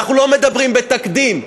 אנחנו לא מדברים בתקדים.